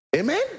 Amen